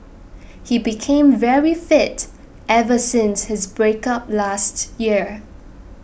he became very fit ever since his breakup last year